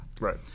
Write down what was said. Right